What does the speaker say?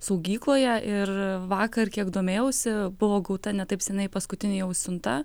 saugykloje ir vakar kiek domėjausi buvo gauta ne taip senai paskutinė jau siunta